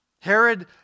Herod